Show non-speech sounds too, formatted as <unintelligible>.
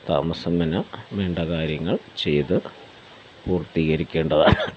<unintelligible> വേണ്ട കാര്യങ്ങൾ ചെയ്ത് പൂർത്തീകരിക്കേണ്ടതാണ്